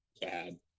bad